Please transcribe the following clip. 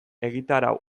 egitarau